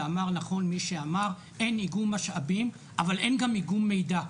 ואמר נכון מי שאמר: אין איגום משאבים אבל אין גם איגום מידע.